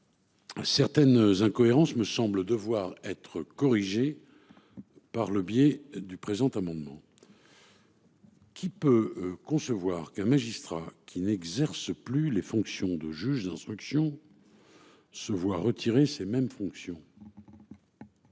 Certaines incohérences me semble devoir être corrigée. Par le biais du présent amendement. Qui peut concevoir qu'un magistrat qui n'exerce plus les fonctions de juge d'instruction. Se voit retirer ces mêmes fonctions.